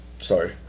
Sorry